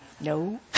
No